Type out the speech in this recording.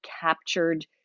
captured